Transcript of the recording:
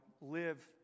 live